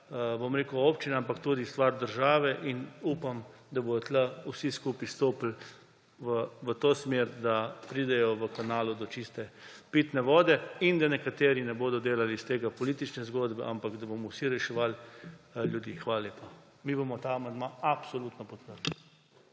bom rekel, občine, ampak tudi stvar države. Upam, da bodo tu vsi skupaj stopili v to smer, da pridejo v Kanalu do čiste pitne vode in da nekateri ne bodo delali iz tega politične zgodbe, ampak da bomo vsi reševali ljudi. Hvala lepa. Mi bomo ta amandma absolutno podprli.